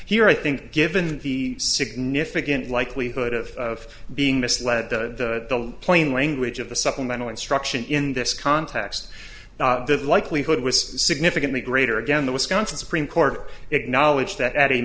here i think given the significant likelihood of of being misled to the plain language of the supplemental instruction in this context of likelihood was significantly greater again the wisconsin supreme court acknowledged that at a